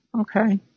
Okay